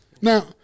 Now